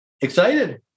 Excited